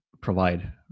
provide